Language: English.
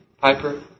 Piper